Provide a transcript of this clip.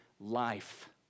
life